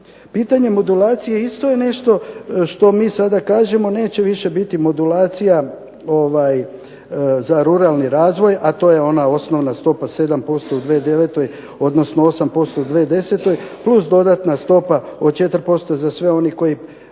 Pitanje modulacije isto je nešto što mi sada kažemo neće više biti modulacija za ruralni razvoj, a to je ona osnovna stopa 7% u 2009. odnosno 8% u 2010. plus dodatna stopa od 4% za sve one koji